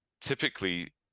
typically